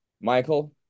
Michael